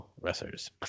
wrestlers